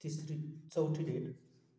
तिसरी चौथी डेट